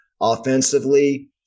Offensively